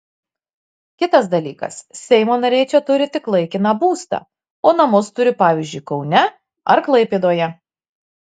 kitas dalykas seimo nariai čia turi tik laikiną būstą o namus turi pavyzdžiui kaune ar klaipėdoje